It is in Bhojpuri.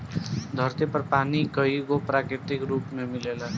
धरती पर पानी कईगो प्राकृतिक रूप में मिलेला